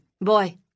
boy